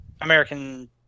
American